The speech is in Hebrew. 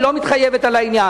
היא לא מתחייבת על העניין.